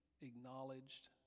acknowledged